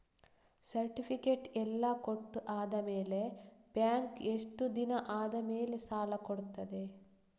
Certificate ಎಲ್ಲಾ ಕೊಟ್ಟು ಆದಮೇಲೆ ಬ್ಯಾಂಕ್ ಎಷ್ಟು ದಿನ ಆದಮೇಲೆ ಸಾಲ ಕೊಡ್ತದೆ?